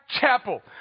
chapel